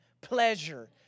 pleasure